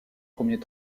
premiers